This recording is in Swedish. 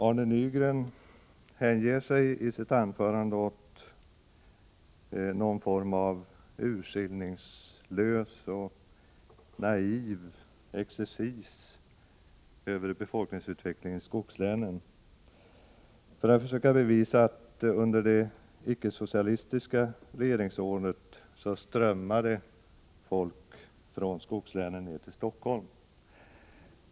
Arne Nygren hängav sig i sitt anförande åt någon form av urskillningslös och naiv exercis över befolkningsutvecklingen i skogslänen, för att försöka bevisa att folk under de icke-socialistiska regeringsåren strömmade från skogslänen ner till Stockholm.